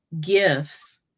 gifts